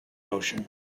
ocean